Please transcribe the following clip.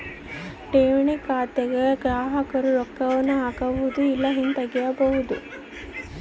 ಠೇವಣಿ ಖಾತೆಗ ಗ್ರಾಹಕರು ರೊಕ್ಕವನ್ನ ಹಾಕ್ಬೊದು ಇಲ್ಲ ಹಿಂದುಕತಗಬೊದು